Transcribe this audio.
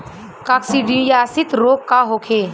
काकसिडियासित रोग का होखे?